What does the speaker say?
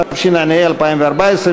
התשע"ה 2014,